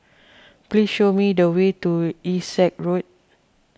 please show me the way to Essex Road